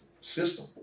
system